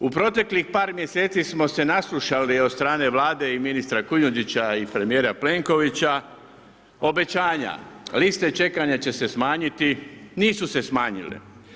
U proteklih par mjeseci smo se naslušali od strane Vlade i ministra Kujundžića i premijera Plenkovića obećanja, liste čekanja će se smanjiti, nisu se smanjile.